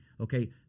okay